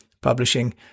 publishing